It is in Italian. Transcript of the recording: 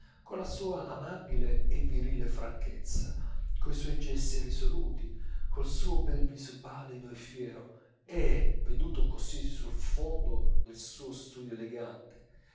porta colla sua amabile e virile franchezza coi suoi gesti risoluti col suo bel viso pallido e fiero e veduto così sul fondo del suo studio elegante